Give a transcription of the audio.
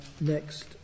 next